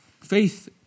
Faith